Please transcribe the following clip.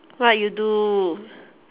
what you do